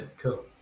cool